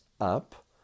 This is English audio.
up